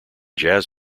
jazz